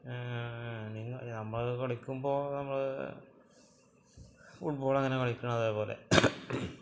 നമ്മള് കളിക്കുമ്പോള് നമ്മള് ഫുട്ബോളെങ്ങനെ കളിക്കണോ അതേപോലെ